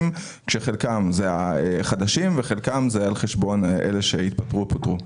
כאשר חלקם חדשים וחלקם על חשבון אלה שהתפטרו או פוטרו.